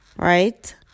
Right